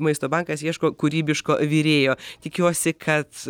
maisto bankas ieško kūrybiško virėjo tikiuosi kad